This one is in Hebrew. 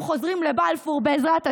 אנחנו חוזרים לבלפור, בעזרת השם,